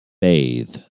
bathe